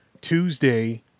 Tuesday